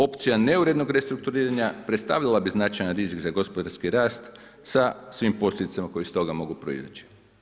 Opcija neurednog restrukturiranja predstavila bi značajan rizik za gospodarski rast sa svim posljedicama koje iz toga mogu proizaći.